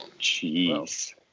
Jeez